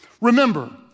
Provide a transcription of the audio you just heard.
Remember